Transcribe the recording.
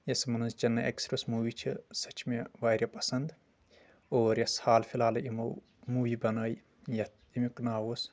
یۄس یِمن ہنٛز چنے اٮ۪کٕس پریس موٗوی چھِ سۄ چھِ مےٚ واریاہ پسنٛد اور یۄس حال فلحالٕے یِمو موٗوی بنٲے یتھ ییٚمیُک ناو اوس